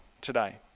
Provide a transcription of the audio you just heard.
today